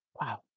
Wow